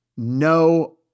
no